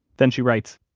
then she writes,